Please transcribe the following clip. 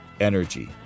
energy